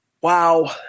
Wow